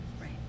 Right